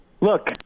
Look